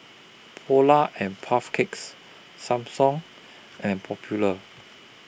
Polar and Puff Cakes Samsung and Popular